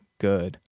good